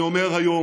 אני אומר היום: